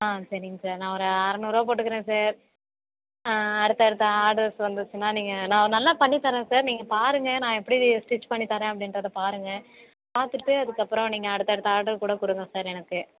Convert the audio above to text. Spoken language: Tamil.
ஆ சரிங்க சார் நான் ஒரு அறநூறுபா போட்டுக்கிறேன் சார் ஆ அடுத்த அடுத்த ஆர்டர்ஸ் வந்துச்சுன்னா நீங்கள் நான் நல்லா பண்ணித்தரேன் சார் நீங்கள் பாருங்கள் நான் எப்படி ஸ்டிச் பண்ணித்தரேன் அப்படின்றத பாருங்கள் பார்த்துட்டு அதுக்கப்புறம் நீங்கள் அடுத்தடுத்த ஆர்டர் கூட கொடுங்க சார் எனக்கு